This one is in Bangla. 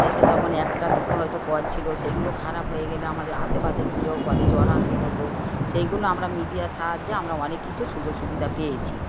দেশে তখন একটা দুটো হয়তো কল ছিলো সেইগুলো খারাপ হয়ে গেলে আমাদের আশেপাশে দূরেও কলে জল আনতে হতো সেইগুলো আমরা মিডিয়ার সাহায্যে আমরা অনেক কিছু সুযোগ সুবিধা পেয়েছি